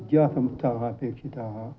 विद्यासंस्थाः अपेक्षिताः